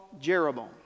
Jeroboam